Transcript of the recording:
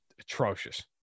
atrocious